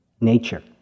Nature